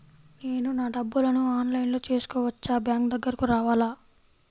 నేను నా డబ్బులను ఆన్లైన్లో చేసుకోవచ్చా? బ్యాంక్ దగ్గరకు రావాలా?